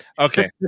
Okay